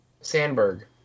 Sandberg